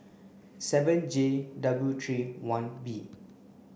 seven J W three one B